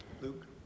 luke